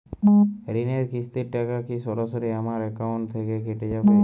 ঋণের কিস্তির টাকা কি সরাসরি আমার অ্যাকাউন্ট থেকে কেটে যাবে?